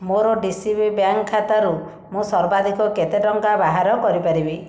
ମୋର D C B bank ଖାତାରୁ ମୁଁ ସର୍ବାଧିକ କେତେ ଟଙ୍କା ବାହାର କରିପାରିବି